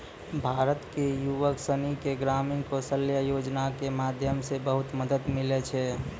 भारत के युवक सनी के ग्रामीण कौशल्या योजना के माध्यम से बहुत मदद मिलै छै